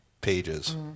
pages